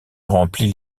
remplit